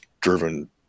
driven